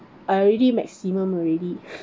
I already maximum already